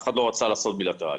אף אחד לא רצה לעשות בילטרלי.